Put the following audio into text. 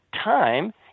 time